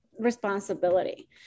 responsibility